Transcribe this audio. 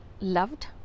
loved